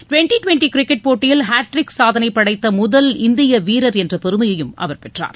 twenty twenty cricket போட்டியில் hat trick சாதனை படைத்த முதல் இந்திய வீரர் என்ற பெருமையும் அவர் பெற்றார்